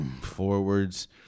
forwards